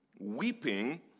weeping